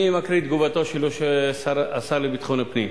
אני מקריא את תגובתו של השר לביטחון פנים.